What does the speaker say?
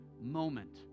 moment